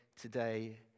today